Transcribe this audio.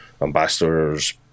ambassadors